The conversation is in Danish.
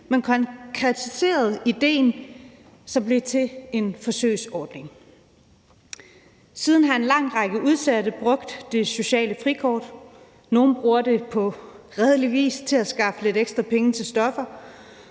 men konkretiserede idéen, som blev til en forsøgsordning. Siden har en lang række udsatte brugt det sociale frikort. Nogle bruger det på redelig vis til at skaffe lidt ekstra penge til stoffer,